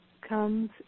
comes